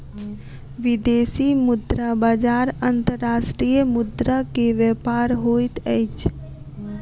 विदेशी मुद्रा बजार अंतर्राष्ट्रीय मुद्रा के व्यापार होइत अछि